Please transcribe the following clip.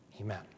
Amen